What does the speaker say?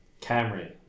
Camry